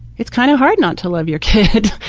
it's kind of hard not to love your kids,